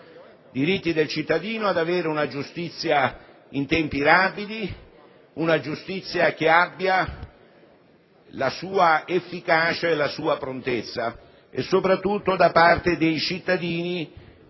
Quindi diritto ad avere una giustizia in tempi rapidi, una giustizia che abbia la sua efficacia e la sua prontezza, soprattutto per i cittadini